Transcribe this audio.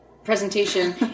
presentation